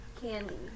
candy